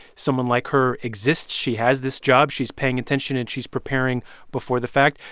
someone like her exists, she has this job, she's paying attention and she's preparing before the fact.